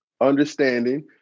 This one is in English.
understanding